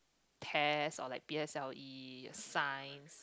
test or like P_S_L_E science